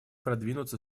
продвинуться